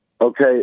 Okay